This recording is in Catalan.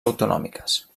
autonòmiques